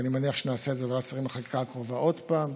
ואני מניח שאנחנו נעשה את זה בוועדת השרים לחקיקה הקרובה עוד פעם.